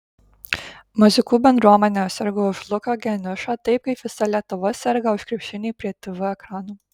muzikų bendruomenė sirgo už luką geniušą taip kaip visa lietuva serga už krepšinį prie tv ekranų